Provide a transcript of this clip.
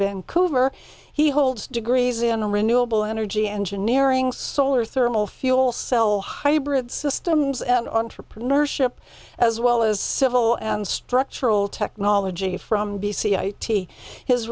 vancouver he holds degrees in renewable energy engineering solar thermal fuel cell hybrid systems and entrepreneurship as well as civil and structural technology from d c i t his